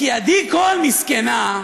כי עדי קול, מסכנה,